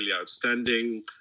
outstanding